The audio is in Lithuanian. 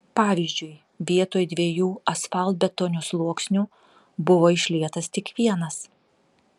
pavyzdžiui vietoj dviejų asfaltbetonio sluoksnių buvo išlietas tik vienas